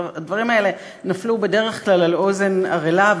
הדברים האלה נפלו בדרך כלל על אוזן ערלה,